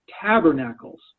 Tabernacles